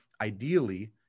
ideally